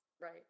right